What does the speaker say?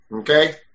Okay